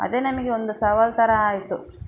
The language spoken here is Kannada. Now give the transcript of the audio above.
ಅದೇ ನನಗೆ ಒಂದು ಸವಾಲು ಥರ ಆಯಿತು